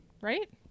right